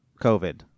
COVID